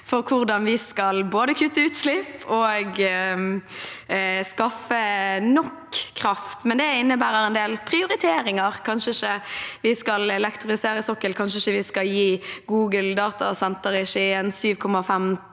for hvordan vi skal både kutte utslipp og skaffe nok kraft. Det innebærer en del prioriteringer. Kanskje vi ikke skal elektrifisere sokkelen, kanskje vi ikke skal gi Googles datasenter i Skien 7,5